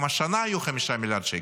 גם השנה היו 5 מיליארד שקל,